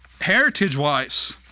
heritage-wise